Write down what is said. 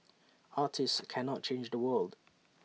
artists cannot change the world